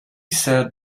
said